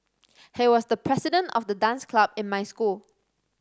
he was the president of the dance club in my school